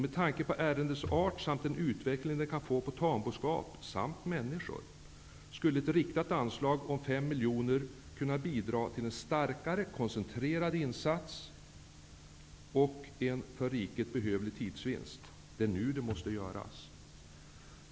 Med tanke på ärendets art samt den utveckling den kan få för tamboskap och människor, skulle ett riktat anslag på 5 miljoner kronor bidra till en starkare koncentrerad insats och en för riket behövlig tidsvinst. Det är nu något måste göras!